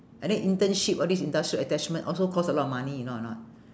I think internship all these industrial attachment also cost a lot of money you know or not